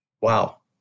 wow